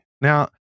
Now